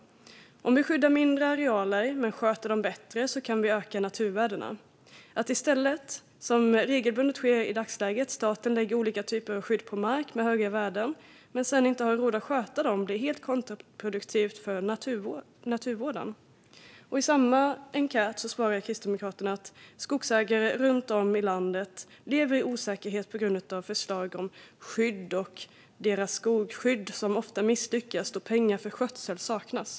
- Om vi skyddar mindre arealer men sköter dem bättre kan vi öka naturvärdena. Att i stället, som regelbundet sker i dagsläget, staten lägger olika typer av skydd på mark med höga värden men sen ej har råd att sköta dem blir helt kontraproduktivt för naturvärdena." I samma enkät svarar Kristdemokraterna att "skogsägare runtom i landet lever i osäkerhet p.g.a. liggande förslag om 'skydd' av deras skog, skydd som ofta misslyckas då pengar för skötsel saknas".